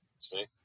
See